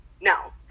no